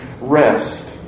rest